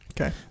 Okay